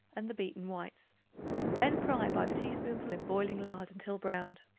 and the beaten whites then fry by the teaspoonful in boiling lard until browned.